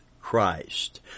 Christ